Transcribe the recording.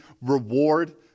reward